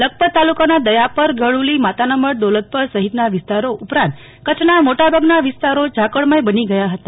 લખપત તાલુકાના દયાપર ઘડુલી માતાના મઢ દોલતપર સહિતના વિસ્તારો ઉપરાંત કચ્છના મોટાભાગના વિસ્તારો ઝાકળમય બની ગયા હતા